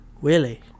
Willie